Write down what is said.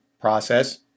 process